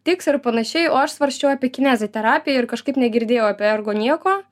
tiks ir panašiai o aš svarsčiau apie kineziterapiją ir kažkaip negirdėjau apie argo nieko